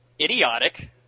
idiotic